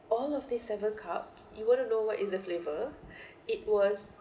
all of these seven cups you want to know what is the flavor it was